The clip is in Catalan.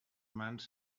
mans